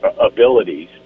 abilities